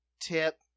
tip